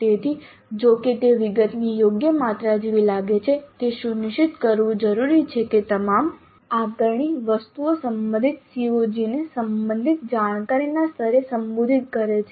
તેથી જો કે તે વિગતની યોગ્ય માત્રા જેવી લાગે છે તે સુનિશ્ચિત કરવું જરૂરી છે કે તમામ આકારણી વસ્તુઓ સંબંધિત COG ને સંબંધિત જાણકરીના સ્તરે સંબોધિત કરે છે